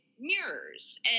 mirrors